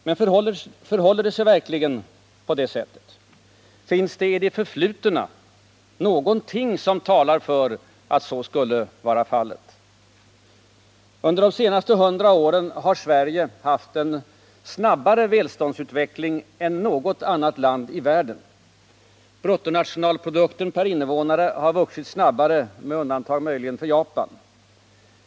Men förhåller det sig verkligen på det sättet? Finns det i det förflutna någonting som talar för att så skulle vara fallet? Under de senaste hundra åren har Sverige haft en snabbare välståndsutveckling än något annat land i världen. Bruttonationalprodukten per invånare har vuxit snabbast här — med undantag möjligen för Japan.